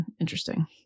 interesting